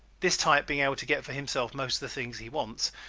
this type being able to get for himself most of the things he wants,